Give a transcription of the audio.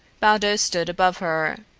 baldos stood above her.